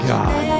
God